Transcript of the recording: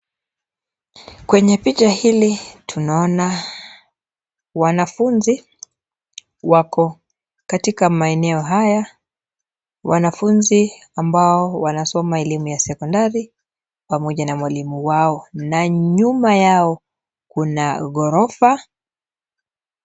Kwenye picha hili tunaona wanafunzi wako katika maeneo haya. Wanafunzi ambao wanasoma elimu ya sekondari pamoja na mwalimu wao na nyuma yao kuna ghorofa.